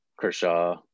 Kershaw